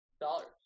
Dollars